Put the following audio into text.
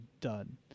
done